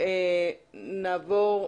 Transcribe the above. אין בעיה.